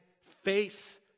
face